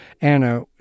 Anna